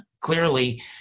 Clearly